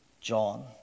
John